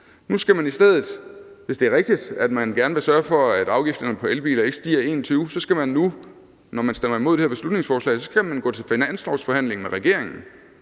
Nu skal man – hvis det er rigtigt, at man gerne vil sørge for, at afgifterne på elbiler ikke stiger i 2021 – når man stemmer imod det her beslutningsforslag, i stedet gå til finanslovsforhandlingerne med regeringen,